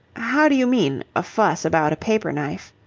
how do you mean, a fuss about a paper-knife?